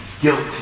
guilty